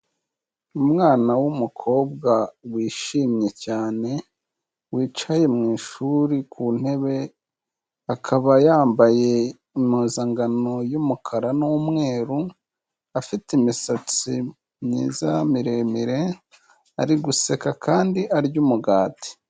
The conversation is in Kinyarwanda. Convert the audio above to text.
Umwana w'umukobwa wishimye cyane, wicaye mwi ishuri ku ntebe akaba yambaye impuzangano y'umukara n'umweru, afite imisatsi myiza miremire ari guseka kandi arya umugati.